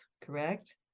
correct